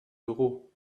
büro